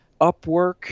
Upwork